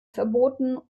verboten